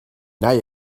now